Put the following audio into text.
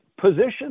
position